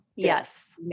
Yes